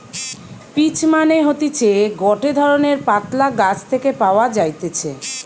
peach মানে হতিছে গটে ধরণের পাতলা গাছ থেকে পাওয়া যাইতেছে